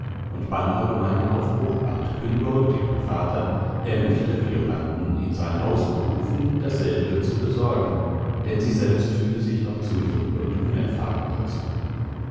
und beim allgemeinen aufbruch bat küngolt ihren vater er möchte violanden in sein haus berufen dasselbe zu besorgen denn sie selbst fühle sich noch zu jung und unerfahren dazu